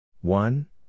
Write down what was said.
One